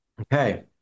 Okay